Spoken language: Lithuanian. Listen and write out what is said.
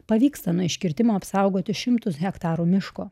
pavyksta nuo iškirtimo apsaugoti šimtus hektarų miško